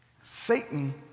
Satan